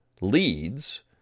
leads